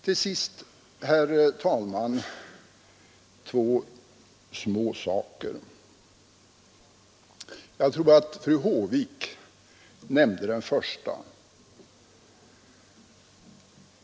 Till sist, herr talman, två små saker — jag tror att fru Håvik nämnde den första.